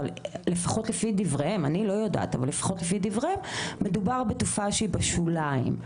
לפחות לפי דבריהם מדובר בתופעה שהיא בשוליים,